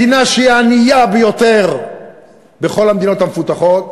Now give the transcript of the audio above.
מדינה שהיא הענייה ביותר בכל המדינות המפותחות,